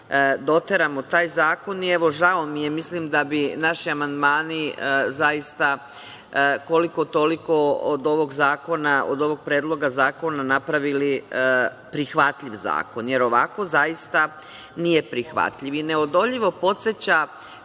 doteramo taj zakon i, evo, žao mi je, mislim da bi naši amandmani, zaista koliko toliko od ovog zakona, od ovog predloga zakona napravili prihvatljiv zakon, jer ovako zaista nije prihvatljiv. Neodoljivo podseća